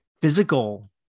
physical